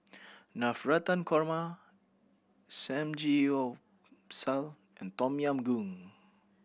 Navratan Korma Samgyeopsal and Tom Yam Goong